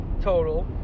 total